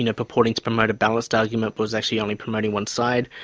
and purporting to promote a balanced argument but was actually only promoting one side.